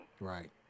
Right